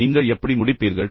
நீங்கள் எப்படி முடிப்பீர்கள்